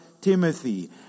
Timothy